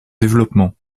développement